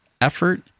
effort